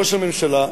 ראש הממשלה,